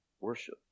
worship